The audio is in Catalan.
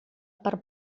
per